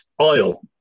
oil